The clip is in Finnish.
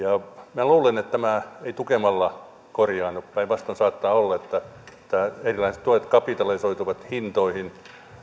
minä luulen että tämä ei tukemalla korjaannu päinvastoin saattaa olla että erilaiset tuet kapitalisoituvat hintoihin